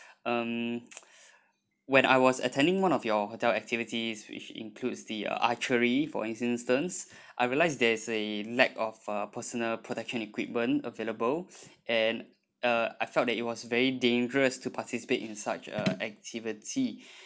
um when I was attending one of your hotel activities which includes the uh archery for instance I realised there's a lack of a personal protection equipment available and uh I felt that it was very dangerous to participate in such a activity